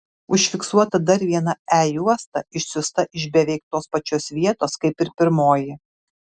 užfiksuota dar viena e juosta išsiųsta iš beveik tos pačios vietos kaip ir pirmoji